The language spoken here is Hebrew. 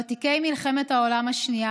ותיקי מלחמת העולם השנייה,